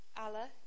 Allah